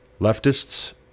leftists